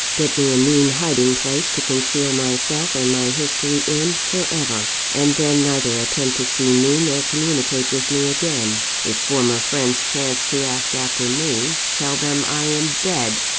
get me a mean hiding-place to conceal myself and my history in for ever, and then neither attempt to see me nor communicate with me again. if former friends chance to ask after me, tell them i am dead,